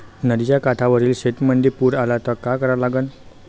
नदीच्या काठावरील शेतीमंदी पूर आला त का करा लागन?